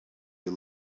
you